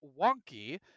wonky